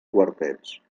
quartets